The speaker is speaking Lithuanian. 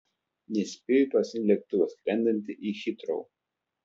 nespėjo į paskutinį lėktuvą skrendantį į hitrou